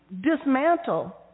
dismantle